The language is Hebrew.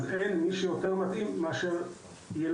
אז אין מי שמתאים יותר מאשר ילדים.